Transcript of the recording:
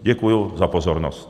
Děkuju za pozornost.